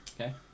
Okay